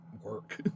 work